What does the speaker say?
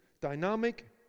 Dynamic